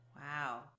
Wow